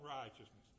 righteousness